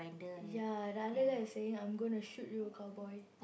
ya the other guy is saying I'm gonna shoot you cowboy